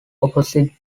opposite